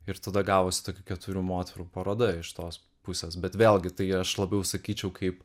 ir tada gavosi tokių keturių moterų paroda iš tos pusės bet vėlgi tai aš labiau sakyčiau kaip